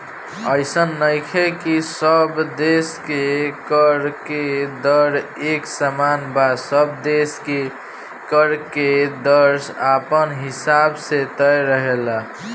अइसन नइखे की सब देश के कर के दर एक समान बा सब देश के कर के दर अपना हिसाब से तय रहेला